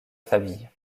famille